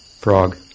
frog